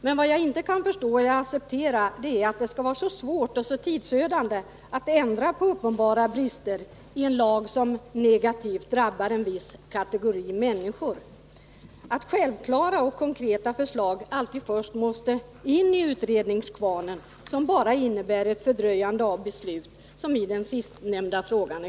Men vad jag inte kan förstå och acceptera är att det skall vara så svårt och så tidsödande att ändra på uppenbara brister i en lag — Arbetsskadeskydd som negativt drabbar en viss kategori människor, att självklara och konkreta = för deltagare i förslag alltid först måste in i utredningskvarnen som bara innebär ett arbetsmarknadsfördröjande av beslut, som beträffande den nu behandlade frågan.